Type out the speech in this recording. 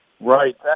Right